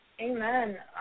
Amen